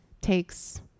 takes